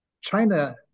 China